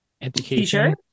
education